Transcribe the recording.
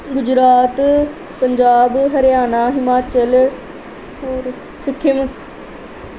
ਗੁਜਰਾਤ ਪੰਜਾਬ ਹਰਿਆਣਾ ਹਿਮਾਚਲ ਔਰ ਸਿੱਕਮ